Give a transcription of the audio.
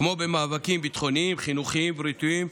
כמו במאבקים ביטחוניים, חינוכיים ובריאותיים,